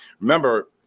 remember